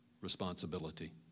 Responsibility